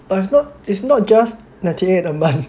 but it's not it's not just ninety eight a month